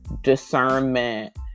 discernment